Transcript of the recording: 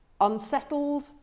unsettled